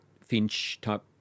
finch-type